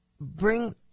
Bring